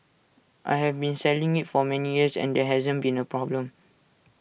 I have been selling IT for many years and there hasn't been A problem